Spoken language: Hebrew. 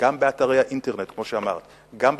גם באתרי האינטרנט, כמו שאמרת, גם בתקשורת,